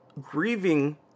grieving